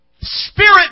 spirit